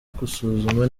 gusuzuma